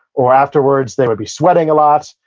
or afterwards they would be sweating a lot.